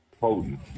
potent